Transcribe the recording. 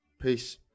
Peace